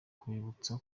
kubibutsa